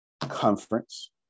conference